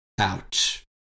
out